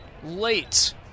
Late